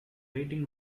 waiting